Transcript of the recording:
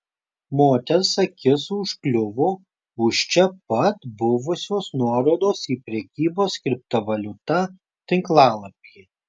moters akis užkliuvo už čia pat buvusios nuorodos į prekybos kriptovaliuta tinklalapį